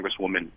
Congresswoman